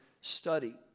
study